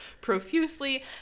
profusely